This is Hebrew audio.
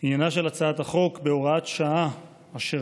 לקריאה ראשונה, אשר